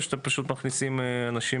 או שפשוט אתם מכניסים אנשים?